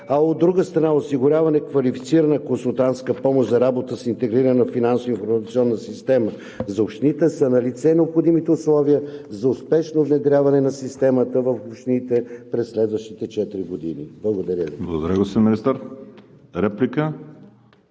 а от друга страна, осигуряване квалифицирана консултантска помощ за работа с интегрирана финансово-информационна система за общините, са налице необходимите условия за успешно внедряване на системата в общините през следващите четири години. Благодаря Ви.